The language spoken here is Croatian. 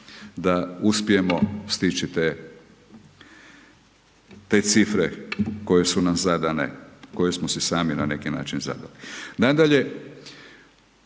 da uspijemo stići te cifre koje su nam zadane, koje su nam sami na neki način zadali.